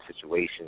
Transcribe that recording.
situation